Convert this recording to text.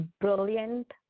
Brilliant